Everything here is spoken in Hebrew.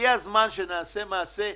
הגיע הזמן שנעשה מעשה.